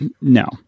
no